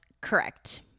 correct